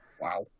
Wow